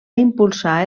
impulsar